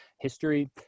history